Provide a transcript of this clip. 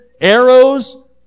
arrows